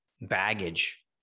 baggage